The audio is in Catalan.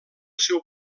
seu